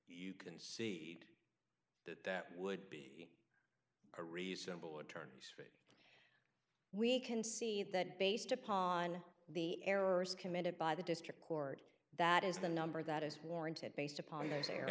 you can see that that would be a reasonable attorney's we can see that based upon the errors committed by the district court that is the number that is warranted based upon th